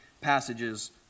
passages